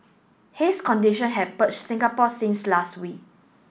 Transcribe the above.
haze condition have perched Singapore since last week